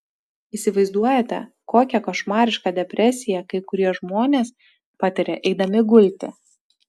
įsivaizduojate kokią košmarišką depresiją kai kurie žmonės patiria eidami gulti